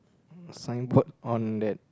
sign board on that